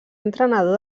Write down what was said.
entrenador